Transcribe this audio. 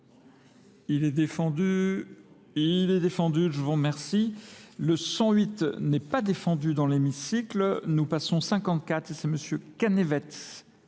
Il est défendu... Il est défendu, je vous remercie. Le 108 n'est pas défendu dans l'hémicycle. Nous passons 54 et c'est M. Cannevet